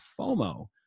FOMO